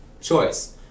choice